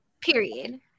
Period